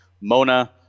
Mona